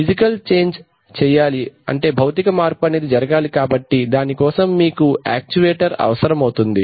physical change భౌతిక మార్పు అనేది జరగాలి కాబట్టి దానికోసం మీకు యాక్చువేటర్ అవసరమవుతుంది